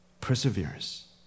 Perseverance